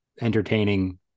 entertaining